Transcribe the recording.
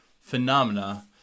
phenomena